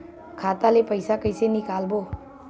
खाता ले पईसा कइसे निकालबो?